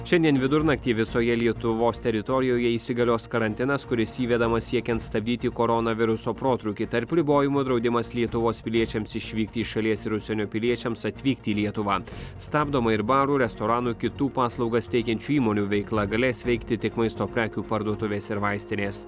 šiandien vidurnaktį visoje lietuvos teritorijoje įsigalios karantinas kuris įvedamas siekiant stabdyti koronaviruso protrūkį tarp ribojimų draudimas lietuvos piliečiams išvykti iš šalies ir užsienio piliečiams atvykti į lietuvą stabdoma ir barų restoranų kitų paslaugas teikiančių įmonių veikla galės veikti tik maisto prekių parduotuvės ir vaistinės